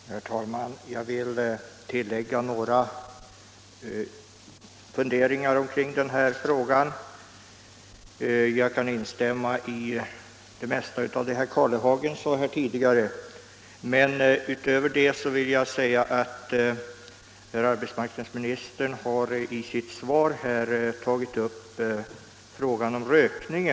Herr talman! Jag vill tillägga några funderingar omkring denna fråga. Jag kan instämma i det mesta av det som herr Karlehagen här sade, men utöver det vill jag erinra om att herr arbetsmarknadsministern i sitt svar har tagit upp frågan om sökning.